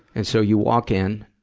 and so, you walk in.